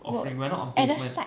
oh at the side